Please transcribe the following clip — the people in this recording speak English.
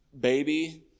baby